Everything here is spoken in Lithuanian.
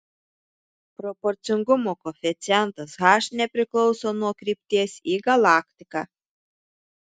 proporcingumo koeficientas h nepriklauso nuo krypties į galaktiką